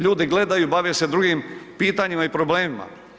Ljudi gledaju, bave se drugim pitanjima i problemima.